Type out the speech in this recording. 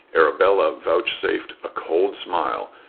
arabella vouchsafed a cold smile,